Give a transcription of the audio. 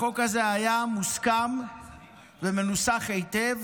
החוק הזה היה מוסכם ומנוסח היטב,